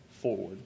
forward